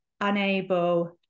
unable